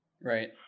Right